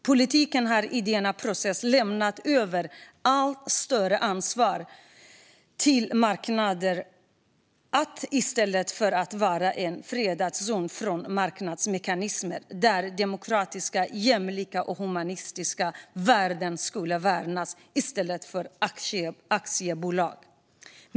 Politiken har i denna process lämnat över ett allt större ansvar till marknader, i stället för att detta skulle vara en zon fredad från marknadsmekanismer, en zon där demokratiska, jämlika och humanistiska värden skulle värnas och inte aktiebolag.